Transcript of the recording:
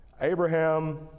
Abraham